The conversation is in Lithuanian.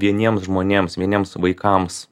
vieniems žmonėms vieniems vaikams